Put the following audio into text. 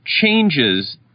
changes